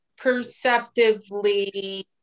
perceptively